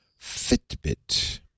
Fitbit